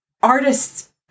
artists